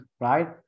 right